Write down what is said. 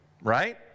right